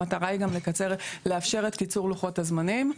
המטרה היא גם לאפשר את קיצור לוחות הזמנים.